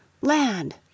Land